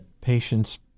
patient's